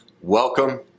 Welcome